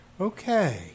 Okay